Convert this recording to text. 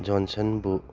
ꯖꯣꯟꯁꯟꯕꯨ